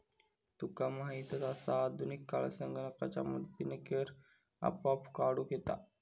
तुका माहीतच आसा, आधुनिक काळात संगणकाच्या मदतीनं कर आपोआप काढूक येता